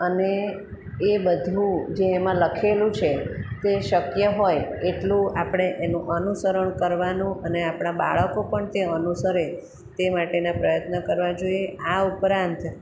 અને એ બધું જે એમાં લખેલું છે તે શક્ય હોય એટલું આપણે એનું અનુસરણ કરવાનું અને આપણા બાળકો પણ તે અનુસરે તે માટેના પ્રયત્ન કરવા જોઈએ આ ઉપરાંત